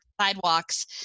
sidewalks